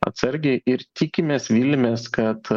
atsargiai ir tikimės viliamės kad